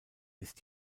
ist